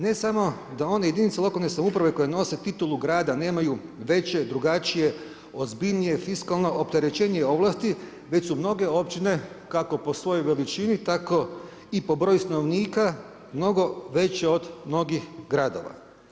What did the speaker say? Ne samo da one jedinice lokalne samouprave koje nose titulu grada nemaju veće, drugačije, ozbiljnije fiskalno opterećenje i ovlasti već su mnoge općine kako po svojoj veličini, tako i po broju stanovnika mnogo veće od mnogih gradova.